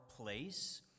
place